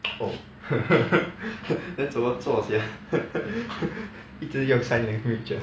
oh then 怎么做 sia 一直用 sign language